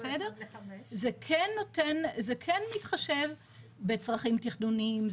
זה כן מתחשב בצרכים תכנוניים.